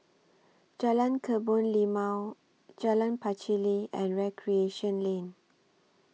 Jalan Kebun Limau Jalan Pacheli and Recreation Lane